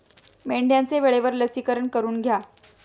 मेंढ्यांचे वेळेवर लसीकरण करून घ्या